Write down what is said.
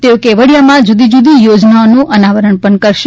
તેઓ કેવડિયામાં જુદી જુદી યોજાનાઓનું અનાવરણ પણ કરશે